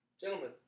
gentlemen